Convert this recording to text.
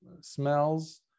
smells